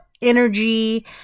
Energy